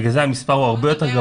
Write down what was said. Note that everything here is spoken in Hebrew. בגלל זה המספר הוא הרבה יותר גבוה.